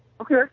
Okay